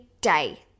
day